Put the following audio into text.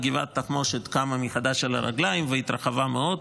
וגבעת התחמושת קמה מחדש על הרגליים והתרחבה מאוד,